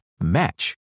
match